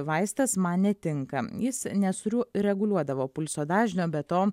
vaistas man netinka jis nesuriū reguliuodavo pulso dažnio be to